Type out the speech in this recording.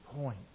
point